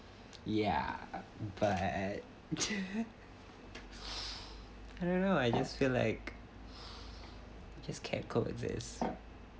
ya but I don't know I just feel like just can't coexist